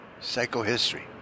Psychohistory